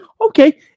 okay